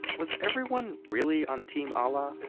was everyone really on team alaa?